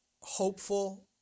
hopeful